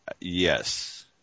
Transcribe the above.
Yes